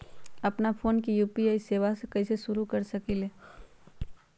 अपना फ़ोन मे यू.पी.आई सेवा कईसे शुरू कर सकीले?